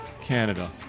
Canada